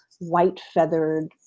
white-feathered